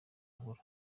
nkuru